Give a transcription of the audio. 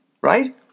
right